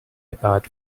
apart